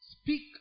speak